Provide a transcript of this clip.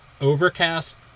Overcast